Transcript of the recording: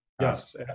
yes